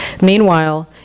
Meanwhile